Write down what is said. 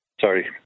sorry